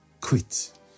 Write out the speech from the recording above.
quit